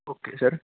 okay sir